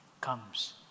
comes